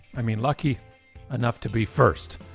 i mean lucky enough to be first.